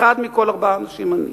אחד מכל ארבעה אנשים עני.